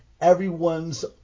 everyone's